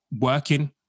working